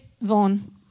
Vaughan